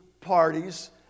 parties